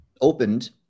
opened